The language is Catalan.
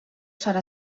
serà